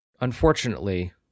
Unfortunately